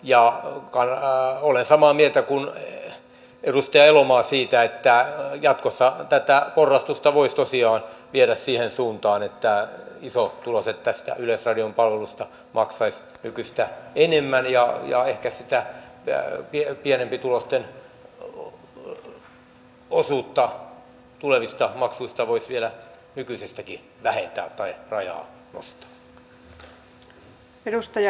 ja olen samaa mieltä kuin edustaja elomaa siitä että jatkossa tätä porrastusta voisi tosiaan viedä siihen suuntaan että isotuloiset tästä yleisradion palvelusta maksaisivat nykyistä enemmän ja ehkä sitä pienempituloisten osuutta tulevista maksuista voisi vielä nykyisestäkin vähentää tai rajaa nostaa